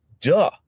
duh